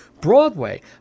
Broadway